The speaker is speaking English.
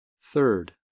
Third